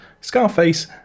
Scarface